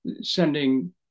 sending